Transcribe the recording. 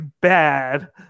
bad